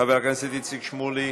חבר הכנסת איציק שמולי.